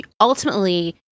ultimately